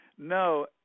No